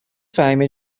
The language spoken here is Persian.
فهیمه